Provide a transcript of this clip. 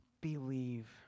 believe